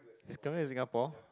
he's coming to Singapore